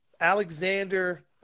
Alexander